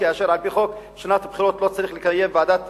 כאשר על-פי חוק בשנת בחירות לא צריך לקיים ועדה